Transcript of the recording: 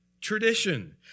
tradition